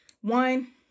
One